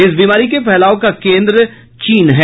इस बीमारी के फैलाव का केन्द्र चीन है